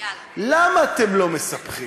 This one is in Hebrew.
למה אתם לא מספחים?